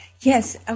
Yes